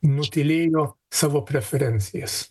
nutylėjo savo preferencijas